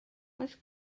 oes